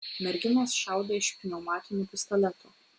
merginos šaudė iš pneumatinių pistoletų